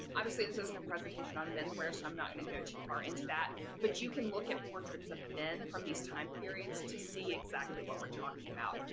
obviously this isn't a presentation on menswear so i'm not going to go too far into that but you can look at portraits of men from these time periods to see exactly what we're talking about.